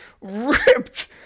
ripped